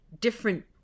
different